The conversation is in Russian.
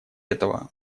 этого